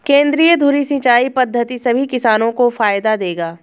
केंद्रीय धुरी सिंचाई पद्धति सभी किसानों को फायदा देगा